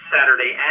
Saturday